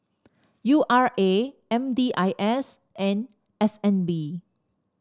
U R A M D I S and S N B